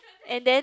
and then